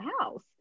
house